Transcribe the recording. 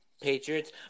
Patriots